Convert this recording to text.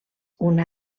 una